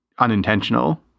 unintentional